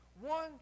One